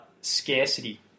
scarcity